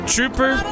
Trooper